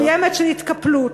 מסוימת של התקפלות.